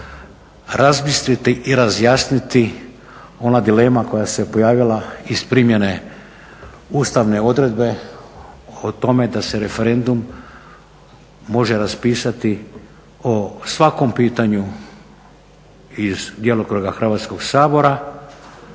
razbistriti i razjasniti ona dilema koja se prijavila iz primjene ustavne odredbe o tome da se referendum može raspisati o svakom pitanju iz djelokruga Hrvatskog sabora.